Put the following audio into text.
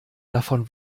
davon